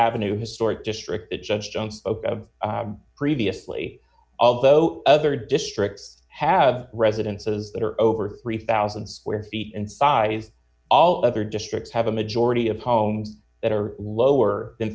avenue historic district it's just previously although other districts have residences that are over three thousand square feet and size all other districts have a majority of homes that are lower than